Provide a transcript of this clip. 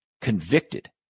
convicted